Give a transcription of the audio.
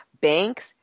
banks